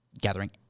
gathering